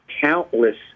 countless